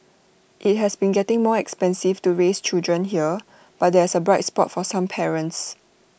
IT has been getting more expensive to raise children here but there is A bright spot for some parents